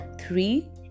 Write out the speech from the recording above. Three